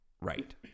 Right